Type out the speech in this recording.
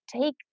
take